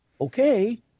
okay